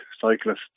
cyclists